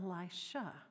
Elisha